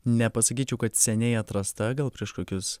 nepasakyčiau kad seniai atrasta gal prieš kokius